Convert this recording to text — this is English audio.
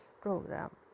Program